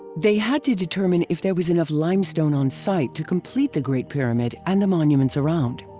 they had to determine if there was enough limestone on site to complete the great pyramid and the monuments around.